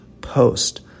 post